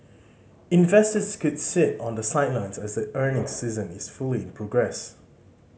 investors could sit on the sidelines as the earnings season is fully in progress